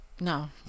No